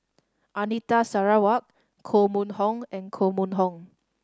Anita Sarawak Koh Mun Hong and Koh Mun Hong